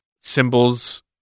Symbols